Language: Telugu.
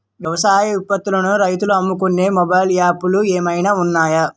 వ్యవసాయ ఉత్పత్తులను రైతులు అమ్ముకునే మొబైల్ యాప్ లు ఏమైనా ఉన్నాయా?